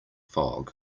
fog